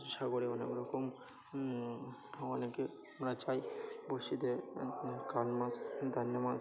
সাগরে অনেক রকম অনেকে আমরা চাই বরশি দিয়ে কান মাছ দান্নে মাছ